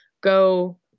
go